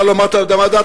אתה לא עמדת על דעתך,